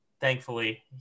thankfully